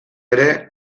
ere